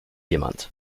jemand